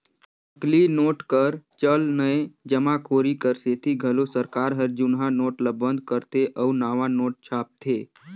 नकली नोट कर चलनए जमाखोरी कर सेती घलो सरकार हर जुनहा नोट ल बंद करथे अउ नावा नोट छापथे